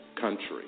country